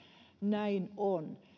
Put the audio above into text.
näin on